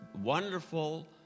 wonderful